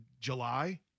July